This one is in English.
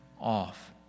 off